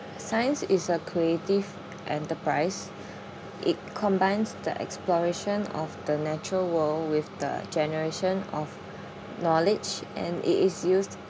science is a creative enterprise it combines the exploration of the natural world with the generation of knowledge and it is used